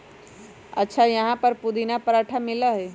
अच्छा यहाँ पर पुदीना पराठा मिला हई?